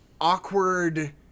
awkward